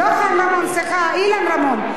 לא חיים רמון, סליחה, אילן רמון.